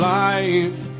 life